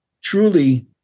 truly